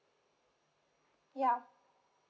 ya